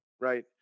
right